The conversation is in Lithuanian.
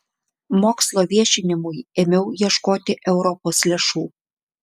mokslo viešinimui ėmiau ieškoti europos lėšų